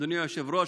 אדוני היושב-ראש,